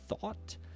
thought